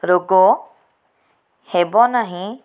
ରୋଗ ହେବନାହିଁ